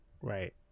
Right